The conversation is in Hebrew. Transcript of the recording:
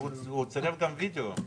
אגף התקציבים, משרד האוצר.